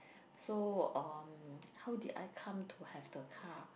so um how did I come to have the car